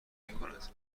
میکند